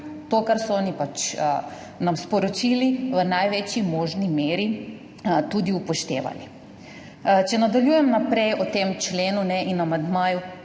to, kar so nam oni sporočili, v največji možni meri tudi upoštevali. Če nadaljujem naprej o tem členu in amandmaju.